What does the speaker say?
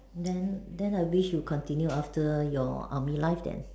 then then I wish you continue after your army life then